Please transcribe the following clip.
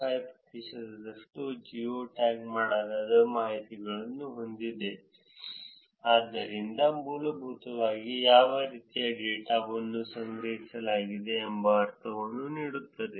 5 ಪ್ರತಿಶತದಷ್ಟು geo tag ಮಾಡಲಾದ ಮಾಹಿತಿಯನ್ನು ಹೊಂದಿದೆ ಇದರಿಂದ ಮೂಲಭೂತವಾಗಿ ಯಾವ ರೀತಿಯ ಡೇಟಾವನ್ನು ಸಂಗ್ರಹಿಸಲಾಗಿದೆ ಎಂಬ ಅರ್ಥವನ್ನು ನೀಡುತ್ತದೆ